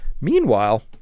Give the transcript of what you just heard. Meanwhile